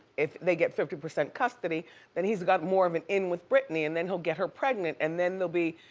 if they get fifty percent custody then he's got more of an in with britney and then he'll get her pregnant and then they'll be,